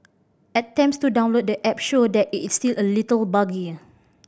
attempts to download the app show that it's still a little buggy